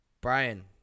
Brian